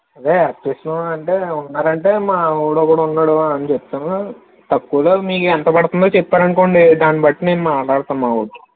అదే ఎలెక్ట్రిషియన్ అంటే ఉన్నారంటే మా వాడు ఒకడు ఉన్నాడు వాడికి చెప్తాను తక్కువలో మీకెంత పడుతుందో చెప్పారనుకోండి దాన్ని బట్టి నేను మాట్లాడతాను మా వాడితో